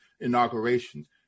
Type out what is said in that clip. inaugurations